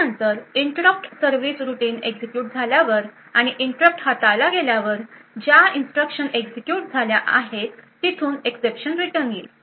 त्यानंतर interrupt service routine execute झाल्यानंतर आणि इंटरप्ट हाताळला गेल्यानंतर ज्या इन्स्ट्रक्शन एक्झिक्युट झाल्या तिथून एक्सेप्शन रिटर्न येईल